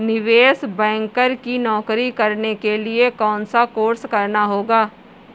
निवेश बैंकर की नौकरी करने के लिए कौनसा कोर्स करना होगा?